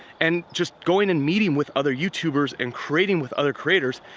and just going and meeting with other youtubers and creating with other creators,